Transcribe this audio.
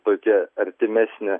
tokia artimesnė